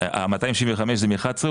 ה-275 זה מ-2011?,